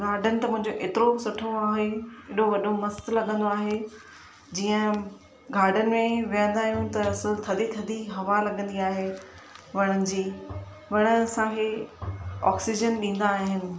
garden त मुंहिंजो एतिरो सुठो आहे हेॾो वॾो मस्तु लॻंदो आहे जीअं गार्डन में वेहंदा आहियूं त सो थधी थधी हवा लॻंदी आहे वणनि जी वण असांखे ऑक्सीजन ॾींदा आहिनि